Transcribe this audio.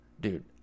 dude